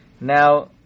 Now